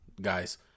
guys